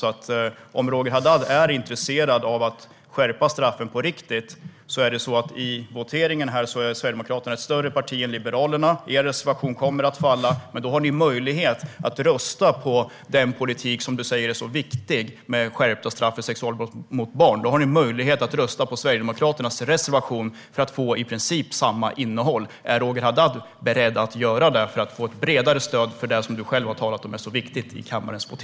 Om Roger Haddad är intresserad av att skärpa straffen på riktigt är situationen sådan att i voteringen är Sverigedemokraterna ett större parti än Liberalerna. Er reservation kommer att falla, men då har ni möjlighet att rösta på den politik som Roger Haddad säger är så viktig med skärpta straff för sexualbrott mot barn. Då kan ni rösta på Sverigedemokraternas reservation för att få i princip samma innehåll. Är Roger Haddad beredd att göra så i kammarens votering för att få ett bredare stöd för det du själv har talat om är så viktigt?